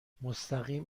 مستقیم